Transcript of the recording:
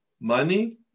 Money